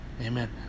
Amen